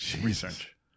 research